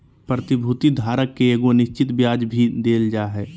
प्रतिभूति धारक के एगो निश्चित ब्याज भी देल जा हइ